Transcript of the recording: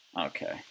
Okay